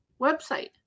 website